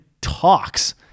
talks